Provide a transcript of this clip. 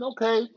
Okay